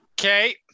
Okay